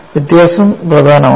വ്യത്യാസം പ്രധാനമാണ്